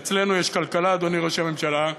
אדוני ראש הממשלה,